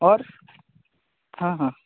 और हाँ हाँ